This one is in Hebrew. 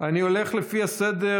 אני הולך לפי הסדר,